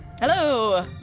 Hello